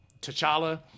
T'Challa